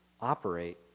operate